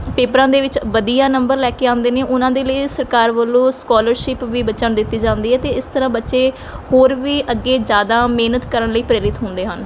ਪੇਪਰਾਂ ਦੇ ਵਿੱਚ ਵਧੀਆ ਨੰਬਰ ਲੈ ਕੇ ਆਉਂਦੇ ਨੇ ਉਹਨਾਂ ਦੇ ਲਈ ਸਰਕਾਰ ਵੱਲੋਂ ਸਕੋਲਰਸ਼ਿਪ ਵੀ ਬੱਚਿਆਂ ਨੂੰ ਦਿੱਤੀ ਜਾਂਦੀ ਹੈ ਅਤੇ ਇਸ ਤਰ੍ਹਾਂ ਬੱਚੇ ਹੋਰ ਵੀ ਅੱਗੇ ਜਿਆਦਾ ਮਿਹਨਤ ਕਰਨ ਲਈ ਪ੍ਰੇਰਿਤ ਹੁੰਦੇ ਹਨ